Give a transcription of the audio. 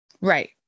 Right